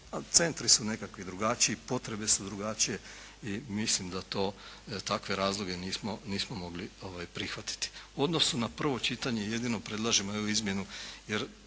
Centri su nekakvi drugačiji, potrebe su drugačije i mislim da takve razloge nismo mogli prihvatiti. U odnosu na prvo čitanje jedino predlažemo izmjenu,